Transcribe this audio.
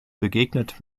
begegnet